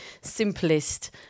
simplest